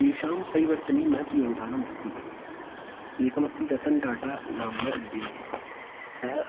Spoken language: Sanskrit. तेषां परिवर्तने महत् योगदानम् अस्ति एकमस्ति रतन्टाटा नाम्ना उद्यमी सः